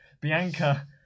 Bianca